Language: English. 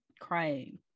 crying